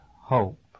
hope